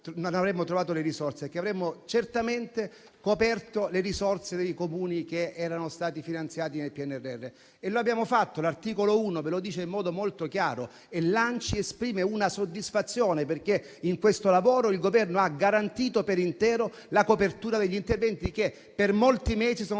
trovato, che avremmo certamente coperto le risorse dei Comuni che erano stati finanziati nel PNRR, e lo abbiamo fatto. L'articolo 1 ve lo dice in modo molto chiaro; e l'ANCI esprime una soddisfazione perché in questo lavoro il Governo ha garantito per intero la copertura degli interventi che per molti mesi sono